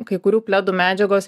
kai kurių pledų medžiagos